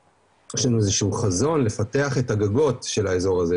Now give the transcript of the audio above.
ויש לנו איזה שהוא חזון לפתח את הגגות של האיזור הזה,